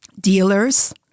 dealers